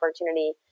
opportunity